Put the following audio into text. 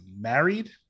Married